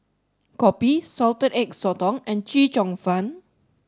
Kopi Salted Egg Sotong and Chee Cheong Fun